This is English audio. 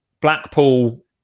Blackpool